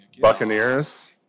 Buccaneers